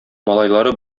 малайлары